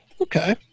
Okay